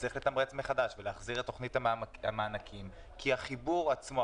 וצריך לתמרץ מחדש ולהחזיר את תכנית המענקים כי החיבור עצמו,